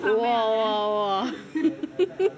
!wah! !wah! !wah!